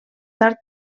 tard